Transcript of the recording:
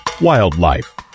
Wildlife